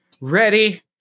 ready